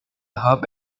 hub